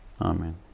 Amen